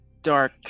dark